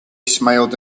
smiled